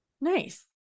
Nice